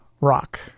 Rock